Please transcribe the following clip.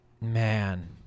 Man